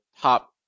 top